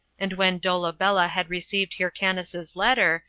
and when dolabella had received hyrcanus's letter,